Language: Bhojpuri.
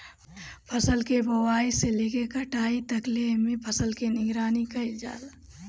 फसल के बोआई से लेके कटाई तकले एमे फसल के निगरानी कईल जाला